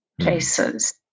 places